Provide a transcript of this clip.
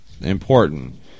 important